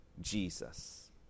Jesus